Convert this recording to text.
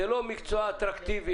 זה לא מקצוע אטרקטיבי,